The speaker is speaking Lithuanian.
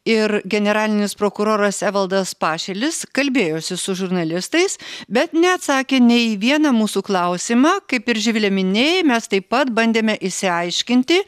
ir generalinis prokuroras evaldas pašilis kalbėjosi su žurnalistais bet neatsakė nei į vieną mūsų klausimą kaip ir živile minėjai mes taip pat bandėme išsiaiškinti